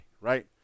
right